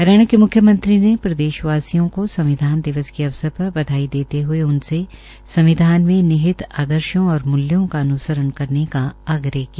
हरियाणा के मुख्यमंत्री ने प्रदेशवासियों को संविधान दिवस के अवसर पर बधाई देते हए उनसे संविधान में निहित आर्दशो और मुल्यों का अनुसरण करने का आग्रह किया